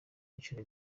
inshuro